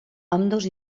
ambdós